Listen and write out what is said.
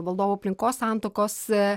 valdovų aplinkos santuokos